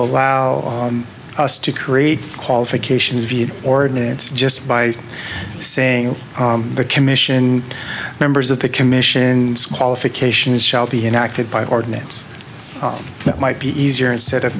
allow us to create qualifications via the ordinance just by saying the commission members of the commission qualifications shall be enacted by ordinance it might be easier instead of